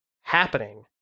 happening